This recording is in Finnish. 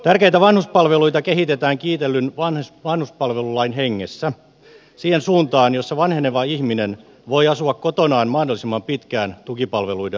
tärkeitä vanhuspalveluita kehitetään kiitellyn vanhuspalvelulain hengessä siihen suuntaan jossa vanheneva ihminen voi asua kotonaan mahdollisimman pitkään tukipalveluiden avulla